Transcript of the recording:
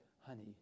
honey